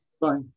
Bye